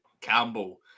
Campbell